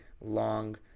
long